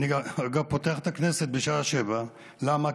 אגב, אני פותח את הכנסת בשעה 07:00. למה?